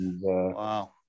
Wow